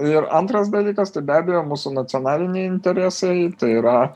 ir antras dalykas tai be abejo mūsų nacionaliniai interesai tai yra